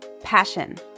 passion